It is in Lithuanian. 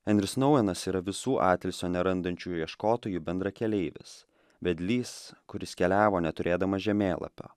henris nouenas yra visų atilsio nerandančių ieškotojų bendrakeleivis vedlys kuris keliavo neturėdamas žemėlapio